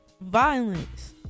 violence